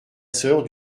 sœur